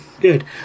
good